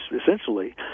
essentially